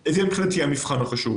זה מבחינתי המבחן החשוב.